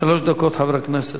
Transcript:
שלוש דקות, חבר הכנסת.